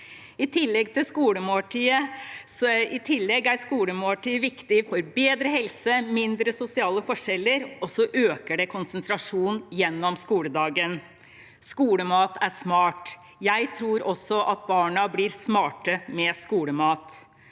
I tillegg er skolemåltidet viktig for bedre helse og mindre sosiale forskjeller, og det øker konsentrasjonen gjennom skoledagen. Skolemat er smart, og jeg tror at barna blir smarte med skolemat.